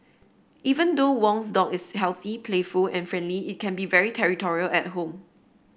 even though Wong's dog is healthy playful and friendly it can be very territorial at home